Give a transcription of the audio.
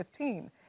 2015